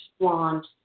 blonde